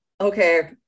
Okay